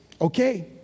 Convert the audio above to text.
okay